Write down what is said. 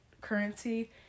currency